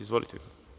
Izvolite.